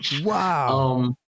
Wow